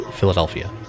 Philadelphia